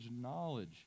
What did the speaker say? knowledge